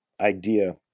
idea